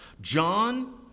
John